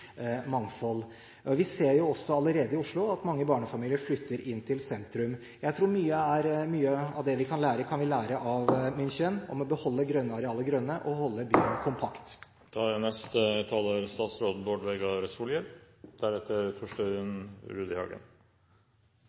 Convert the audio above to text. mangfold. Vi ser også allerede i Oslo at mange barnefamilier flytter inn til sentrum. Jeg tror vi kan lære mye av München om å beholde grønne arealer grønne og om å holde byen kompakt. Eg er